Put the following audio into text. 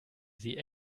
sie